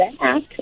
back